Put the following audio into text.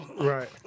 Right